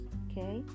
okay